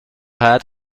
hat